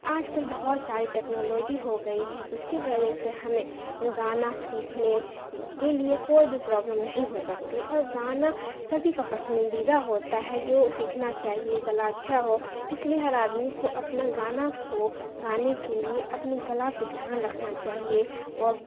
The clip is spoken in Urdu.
آج کل بہت ساری ٹیکنالوجی ہو گئی ہے جس کی وجہ سے ہمیں گانا سیکھنے کے لیے کوئی بھی پرابلم نہیں ہو سکتی اور گانا سبھی کا پسندیدہ ہوتا ہے جو سیکھنا چاہیے گلا اچھا ہو اس لیے ہر آدمی کو اپنا گانا کو گانے کے لیے اپنے گلا پہ دھیان رکھنا چاہیے اور